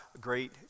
great